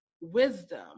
wisdom